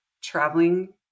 traveling